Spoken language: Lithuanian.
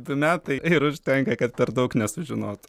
du metai ir užtenka kad per daug nesužinotų